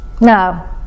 No